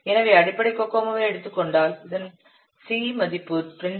எனவே அடிப்படை கோகோமோவை எடுத்துக் கொண்டால் இதன் C மதிப்பு 2